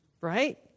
right